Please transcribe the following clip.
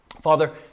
Father